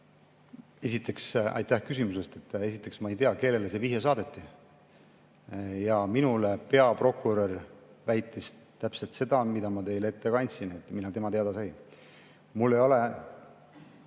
siis? Aitäh küsimuse eest! Esiteks ma ei tea, kellele see vihje saadeti. Ja minule peaprokurör väitis täpselt seda, mida ma teile ette kandsin, millal tema teada sai. Mul ei ole